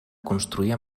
construir